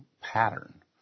pattern